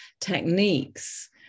techniques